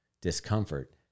discomfort